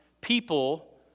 people